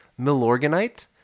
Milorganite